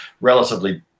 relatively